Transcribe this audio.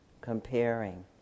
comparing